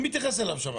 מי מתייחס אליו שם?